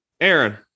Aaron